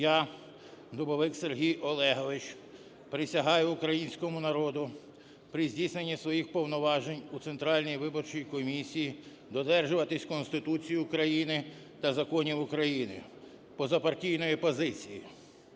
Я, Грень Віталій Вячеславович, присягаю Українському народу при здійсненні своїх повноважень у Центральній виборчій комісії додержуватись Конституції України та законів України, позапартійної позиції,